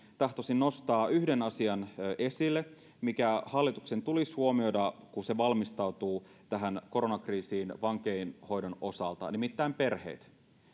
tahtoisin nostaa esille yhden asian mikä hallituksen tulisi huomioida kun se valmistautuu koronakriisiin vankeinhoidon osalta nimittäin perheet